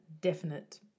definite